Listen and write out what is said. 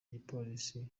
igipolisi